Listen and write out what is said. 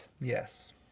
Yes